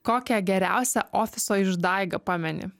kokią geriausią ofiso išdaigą pameni